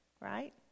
right